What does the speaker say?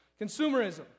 Consumerism